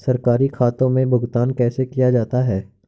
सरकारी खातों में भुगतान कैसे किया जाता है?